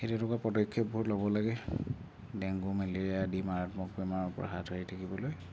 সেই তেনেকুৱা পদক্ষেপবোৰ ল'ব লাগে ডেংগু মেলেৰিয়া আদি মাৰাত্মক বেমাৰৰ পৰা হাত সাৰি থাকিবলৈ